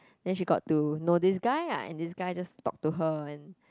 then she got to know this guy ah and this guy just talk to her and